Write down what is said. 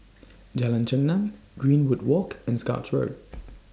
Jalan Chengam Greenwood Walk and Scotts Road